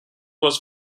was